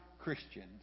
Christians